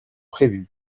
prévus